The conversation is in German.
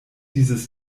dieses